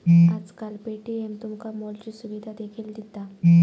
आजकाल पे.टी.एम तुमका मॉलची सुविधा देखील दिता